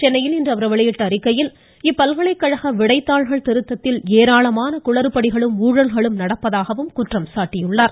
சென்னையில் இன்று அவர் வெளியிட்ட அறிக்கையில் இப்பல்கலைகழக விடைத்தாள்கள் திருத்தத்தில் ஏராளமான குளறுபடிகளும் ஊழல்களும் நடப்பதாகவும் அவர் குற்றம் சாட்டியுள்ளார்